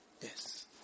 yes